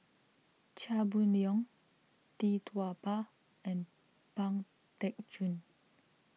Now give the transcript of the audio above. Chia Boon Leong Tee Tua Ba and Pang Teck Joon